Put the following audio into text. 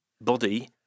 body